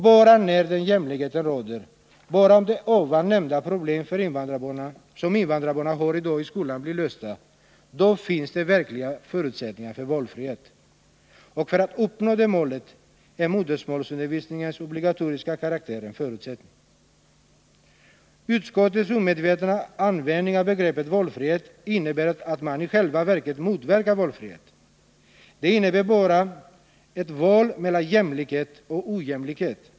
Bara när den jämlikheten råder, bara om de här nämnda problemen som invandrarbarn har i dag i skolan blir lösta, finns de verkliga förutsättningarna för valfrihet. Och för att det målet skall uppnås är modersmålsundervisningens obligatoriska karaktär en förutsättning. Utskottets omedvetna användning av begreppet valfrihet innebär att man i själva verket motverkar valfrihet. Den innebär bara ett val mellan jämlikhet och ojämlikhet.